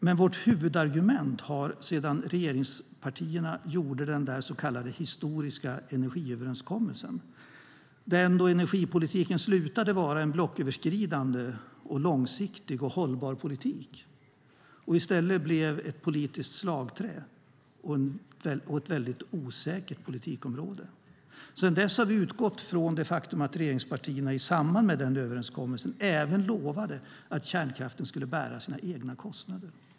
Men vårt huvudargument har sedan regeringspartierna gjorde den så kallade historiska energiöverenskommelsen - den då energipolitiken slutade vara en blocköverskridande, långsiktig och hållbar politik, och i stället blev ett politiskt slagträ och ett osäkert politikområde - utgått från det faktum att regeringspartierna i samband med överenskommelsen även lovade att kärnkraften skulle bära sina egna kostnader.